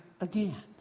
again